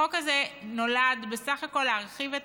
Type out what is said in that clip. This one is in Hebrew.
החוק הזה נועד בסך הכול להרחיב את